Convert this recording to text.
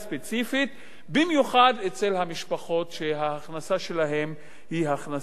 במיוחד אצל המשפחות שההכנסה שלהן היא הכנסה מוגבלת.